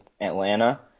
Atlanta